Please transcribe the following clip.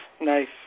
nice